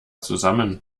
zusammen